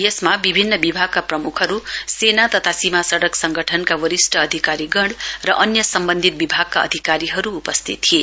यसमा विभिन्न विभागका प्रमुखहरू सेना तथा सीमा सड़क संगठनका बरिष्ट अधिकारीगण र अन्य सम्वन्धित विभागका अधिकारीहरू उपस्थित थिए